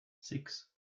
six